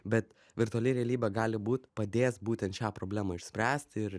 bet virtuali realybė gali būt padės būtent šią problemą išspręst ir